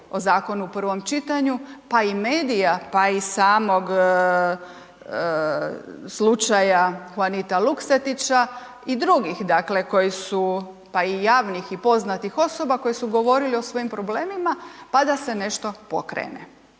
o zakonu u prvom čitanju, pa i medija, pa i samog slučaja Huanita Luksetića i drugih, dakle, koji su, pa i javnih i poznatih osoba koji su govorili o svojim problemima, pa da se nešto pokrene.